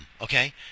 okay